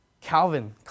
Calvin